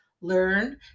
Learn